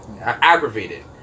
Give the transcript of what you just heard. aggravated